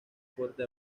fuerte